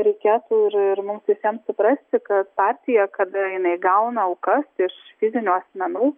reikėtų ir ir mums visiems suprasti kad partija kada jinai gauna aukas iš fizinių asmenų